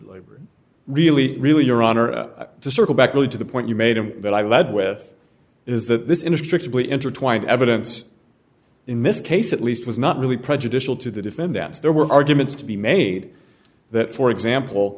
seem really really your honor to circle back really to the point you made him that i lead with is that this in a strictly intertwined evidence in this case at least was not really prejudicial to the defendants there were arguments to be made that for example